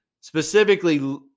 Specifically